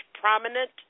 prominent